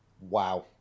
Wow